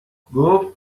گفت